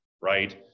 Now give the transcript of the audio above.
Right